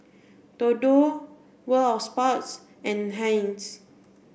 Dodo World Of Sports and Heinz